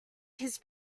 his